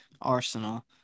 arsenal